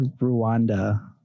Rwanda